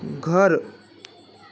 ઘર